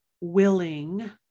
willing